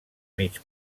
mig